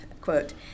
quote